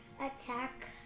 Attack